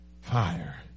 fire